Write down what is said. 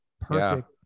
Perfect